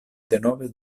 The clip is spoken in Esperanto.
denove